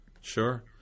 Sure